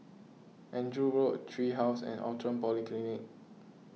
Andrew Road Tree House and Outram Polyclinic